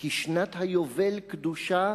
כי שנת היובל קדושה